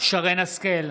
שרן מרים השכל,